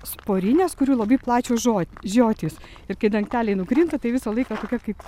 sporines kurių labai plačios žo žiotys ir kai dangteliai nukrinta tai visą laiką tokia kaip